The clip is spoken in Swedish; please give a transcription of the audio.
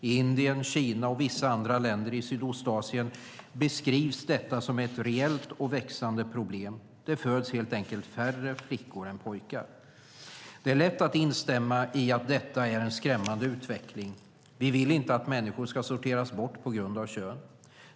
I Indien, Kina och vissa andra länder i Sydostasien beskrivs detta som ett reellt och växande problem - det föds helt enkelt färre flickor än pojkar. Det är lätt att instämma i att detta är en skrämmande utveckling. Vi vill inte att människor ska sorteras bort på grund av kön.